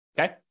Okay